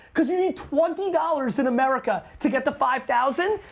cause you need twenty dollars in america to get to five thousand